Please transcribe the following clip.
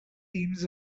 teams